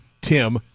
Tim